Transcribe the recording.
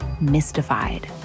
mystified